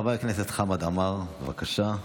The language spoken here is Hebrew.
חבר הכנסת חמד עמאר, בבקשה.